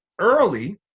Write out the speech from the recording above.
early